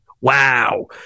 wow